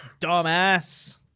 Dumbass